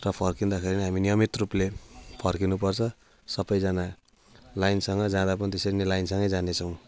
र फर्कँदाखेरि हामी नियमित रूपले फर्कनु पर्छ सबैजना लाइनसँग जाँदा पनि त्यसरी नै लाइनसँगै जानेछौँ